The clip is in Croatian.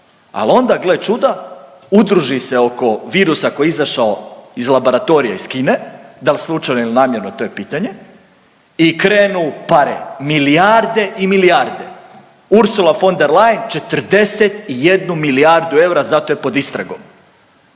Al onda gle čuda udruži se oko virusa koji je izašao iz laboratorija iz Kine, dal slučajno il namjerno to je pitanje i krenu pare, milijarde i milijarde, Ursula von der Leyen 41 milijardu eura zato je pod istragom,